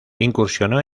incursionó